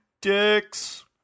dicks